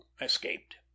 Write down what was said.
escaped